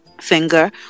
finger